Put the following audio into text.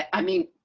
i mean,